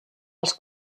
els